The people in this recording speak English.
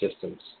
systems